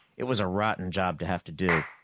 it was a rotten job to have to do,